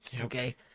okay